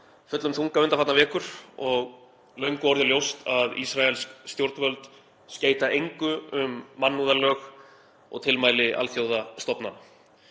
fullum þunga undanfarna vetur og löngu orðið ljóst að ísraelsk stjórnvöld skeyta engu um mannúðarlög og tilmæli alþjóðastofnana.